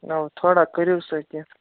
نہ وَ تھوڑا کٔرِوس کیٚنٛہہ